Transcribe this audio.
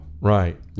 right